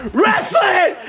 wrestling